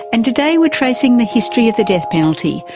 and today we're tracing the history of the death penalty,